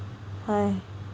!hais!